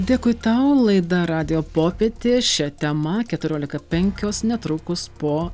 dėkui tau laida radijo popietė šia tema keturiolika penkios netrukus po